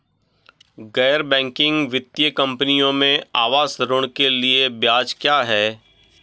गैर बैंकिंग वित्तीय कंपनियों में आवास ऋण के लिए ब्याज क्या है?